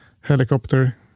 helicopter